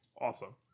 Awesome